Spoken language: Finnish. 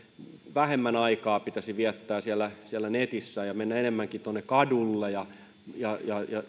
vähemmän aikaa pitäisi viettää siellä siellä netissä ja mennä enemmänkin tuonne kadulle ja